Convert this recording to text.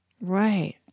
Right